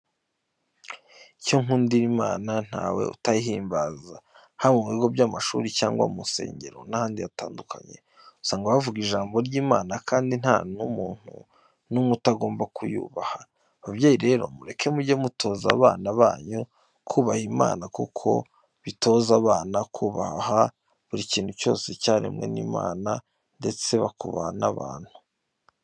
Icyo nkundira Imana ntawe utayihimbaza haba mu bigo by'amashuri cyangwa mu nsengero n'ahandi hatandukanye, usanga bavuga ijambo ry'Imana kandi nta n'umuntu n'umwe utagomba kuyubaha. Babyeyi rero mureke mujye mutoza abana banyu kubaha Imana kuko bitoza abana kubaha buri kintu cyose cyaremwe n'Imana ndetse bakubaha n'abantu.